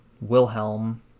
Wilhelm